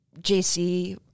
JC